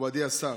מכובדי השר.